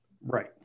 Right